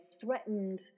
threatened